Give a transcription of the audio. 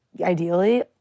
ideally